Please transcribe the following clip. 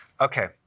Okay